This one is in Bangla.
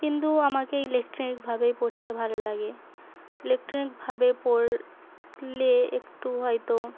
কিন্তু আমাকে ইলেকট্রিকভাবেই পড়তে ভালো লাগে ইলেকট্রিকভাবে পড়লে একটু হয়তো